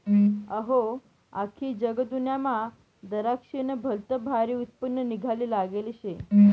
अहो, आख्खी जगदुन्यामा दराक्शेस्नं भलतं भारी उत्पन्न निंघाले लागेल शे